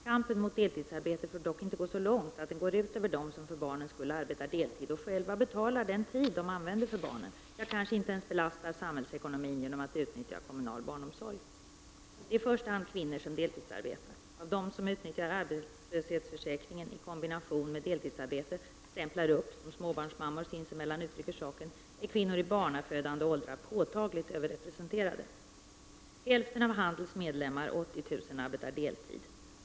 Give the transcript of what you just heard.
Kampen mot deltidsarbete får dock inte föras så långt att den går ut över dem som för barnens skull arbetar deltid och själva betalar den tid de använder för barnen — ja, de kanske inte ens belastar samhällsekonomin genom att utnyttja kommunal barnomsorg. Det är i första hand kvinnor som deltidsarbetar. Av dem som utnyttjar arbetslöshetsförsäkringen i kombination med deltidsarbete — ”stämplar upp” som småbarnsmammor sinsemellan uttrycker saken — är kvinnor i barnafödande åldrar påtagligt överrepresenterade. Hälften av Handels medlemmar — 80 000 — arbetar deltid.